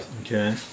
Okay